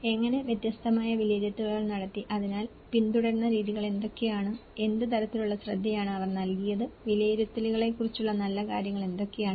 എങ്ങനെ വ്യത്യസ്തമായ വിലയിരുത്തലുകൾ നടത്തി അതിനാൽ പിന്തുടരുന്ന രീതികൾ എന്തൊക്കെയാണ് എന്ത് തരത്തിലുള്ള ശ്രദ്ധയാണ് അവർ നൽകിയത് വിലയിരുത്തലുകളെ കുറിച്ചുള്ള നല്ല കാര്യങ്ങൾ എന്തൊക്കെയാണ്